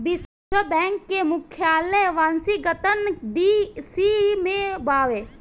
विश्व बैंक के मुख्यालय वॉशिंगटन डी.सी में बावे